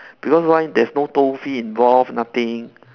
because why there's no toll fee involved nothing